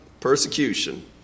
persecution